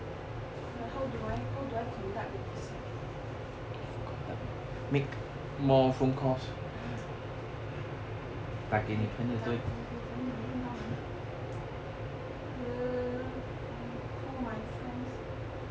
but how do I how do I conduct the research !huh! 打给朋友问他们 err I call my friends